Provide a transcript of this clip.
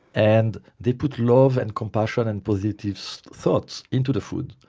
and they put love, and compassion and positive so thoughts into the food,